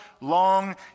long